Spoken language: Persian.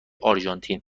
آرژانتین